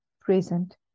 present